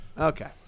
Okay